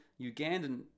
Ugandan